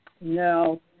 No